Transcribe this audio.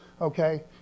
Okay